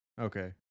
Okay